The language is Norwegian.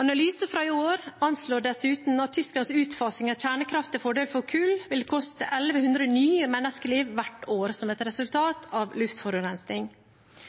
Analyser fra i år anslår dessuten at Tysklands utfasing av kjernekraften til fordel for kull vil koste 1 100 nye menneskeliv hvert år, som et resultat av luftforurensning.